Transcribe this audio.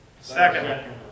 Second